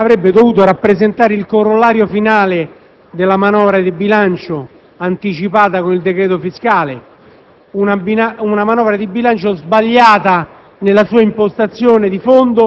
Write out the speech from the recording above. questo decreto-legge avrebbe dovuto rappresentare il corollario finale della manovra di bilancio, anticipata con il decreto fiscale. Una manovra di bilancio sbagliata